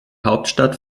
hauptstadt